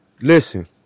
listen